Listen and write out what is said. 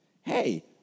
Hey